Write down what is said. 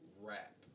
rap